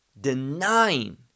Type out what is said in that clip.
denying